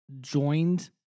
joined